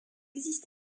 existe